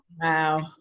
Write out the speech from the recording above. Wow